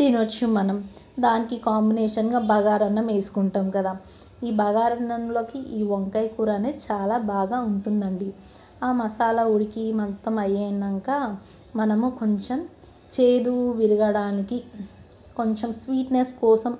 తినవచ్చు మనం దానికి కాంబినేషన్గా బగారన్నం వేసుకుంటాము కదా ఈ బగారన్నంలోకి ఈ వంకాయ కూర అనేది చాలా బాగా ఉంటుంది అండి ఆ మసాలా ఉడికి మొత్తం అయ్యాక మనము కొంచెం చేదు విరగడానికి కొంచెం స్వీట్నెస్ కోసం